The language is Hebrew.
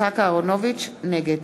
נגד